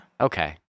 okay